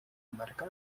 america